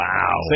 Wow